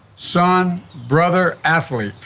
son, brother, athlete.